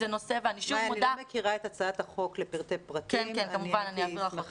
השרה לקידום ולחיזוק קהילתי אורלי לוי אבקסיס: מאי,